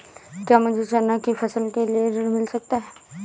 क्या मुझे चना की फसल के लिए ऋण मिल सकता है?